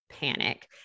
panic